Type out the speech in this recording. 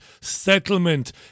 settlement